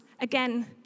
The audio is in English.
again